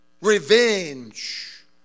Revenge